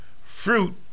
fruit